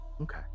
Okay